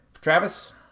Travis